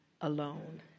alone